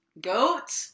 Goat